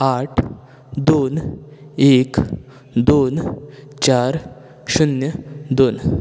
आठ दोन एक दोन चार शुन्य दोन